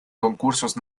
concursos